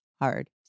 hard